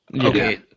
Okay